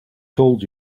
told